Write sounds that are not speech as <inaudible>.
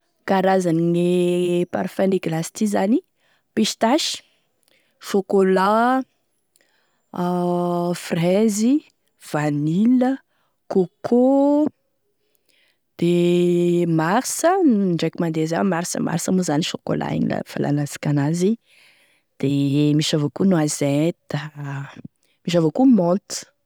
Karazany e parfum ane glace ty zany, pistache, chocolat, <hesitation> fraise, vanille, coco, de mars, indraiky mandeha zay mars, mars moa zany chocolat igny la e fahalalasika an'azy de misy avao koa noisette, misy avao koa menthe.